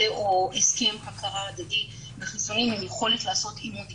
או הסכם הכרה הדדי בחיסונים עם יכולת לעשות אימות דיגיטלי,